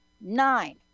nine